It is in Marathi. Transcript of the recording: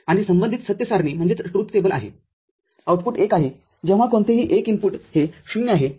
आणि संबंधित सत्य सारणीआहे आउटपुट१ आहे जेव्हा कोणतेही १ इनपुटहे ० आहे